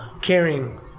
caring